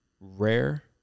rare